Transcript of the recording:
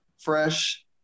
Fresh